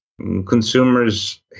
Consumers